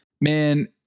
man